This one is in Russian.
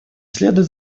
следует